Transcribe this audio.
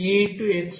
అదేవిధంగా yaxb